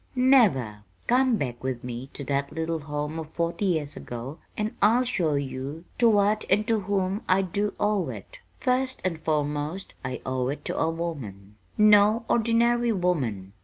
never! come back with me to that little home of forty years ago and i'll show you to what and to whom i do owe it. first and foremost i owe it to a woman no ordinary woman,